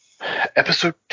Episode